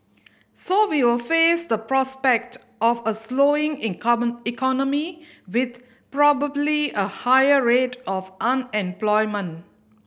so we will face the prospect of a slowing economy with probably a higher rate of unemployment